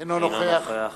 אינו נוכח